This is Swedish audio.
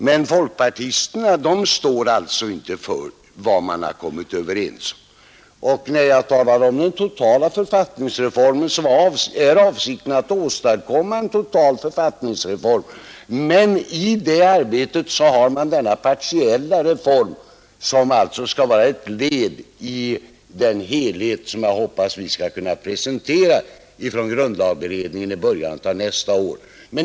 Men folkpartisterna står alltså inte för vad man har kommit överens om. När jag talar om den totala författningsreformen är avsikten att åstadkomma en total sådan. Men i det arbetet har man denna partiella reform, som alltså skall vara ett led i den helhet som jag hoppas vi skall kunna presentera från grundlagberedningen i början av nästa år.